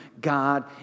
God